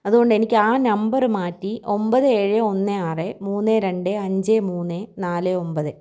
അതുകൊണ്ട് എനിക്ക് ആ നമ്പറ് മാറ്റി ഒമ്പത് ഏഴ് ഒന്ന് ആറ് മൂന്ന് രണ്ട് അഞ്ച് മൂന്ന് നാല് ഒമ്പത്